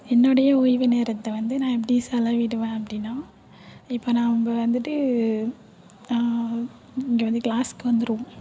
என்னுடைய ஓய்வு நேரத்தை வந்து நான் எப்படி செலவிடுவேன் அப்படின்னா இப்போ நம்ம வந்துட்டு இங்கே வந்து க்ளாஸ்க்கு வந்துருவோம்